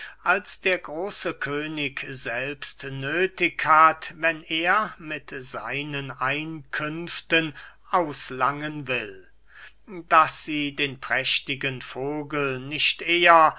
als der große könig selbst nöthig hat wenn er mit seinen einkünften auslangen will daß sie den prächtigen vogel nicht eher